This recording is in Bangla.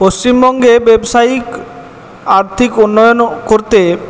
পশ্চিমবঙ্গে ব্যবসায়িক আর্থিক উন্নয়ন করতে